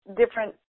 different